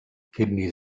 kidneys